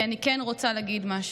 כי אני כן רוצה להגיד משהו: